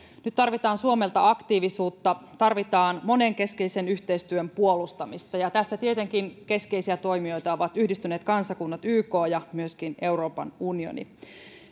nyt tarvitaan suomelta aktiivisuutta tarvitaan monenkeskisen yhteistyön puolustamista ja tässä tietenkin keskeisiä toimijoita ovat yhdistyneet kansakunnat yk ja myöskin euroopan unioni